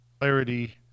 clarity